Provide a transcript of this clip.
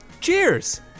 Cheers